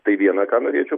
tai viena ką norėčiau